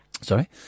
Sorry